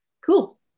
cool